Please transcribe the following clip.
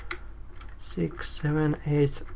six, seven, eight,